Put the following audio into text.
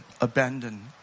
abandoned